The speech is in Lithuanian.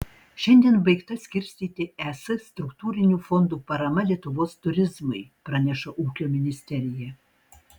šiandien baigta skirstyti es struktūrinių fondų parama lietuvos turizmui praneša ūkio ministerija